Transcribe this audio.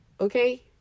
Okay